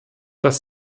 das